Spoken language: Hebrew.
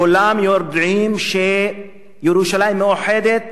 כולם יודעים שירושלים מאוחדת